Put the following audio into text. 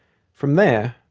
from there,